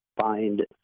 find